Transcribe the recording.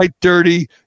dirty